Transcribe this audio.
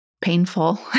painful